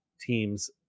teams